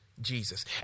Jesus